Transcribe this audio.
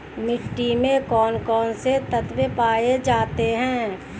मिट्टी में कौन कौन से तत्व पाए जाते हैं?